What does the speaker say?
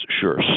Sure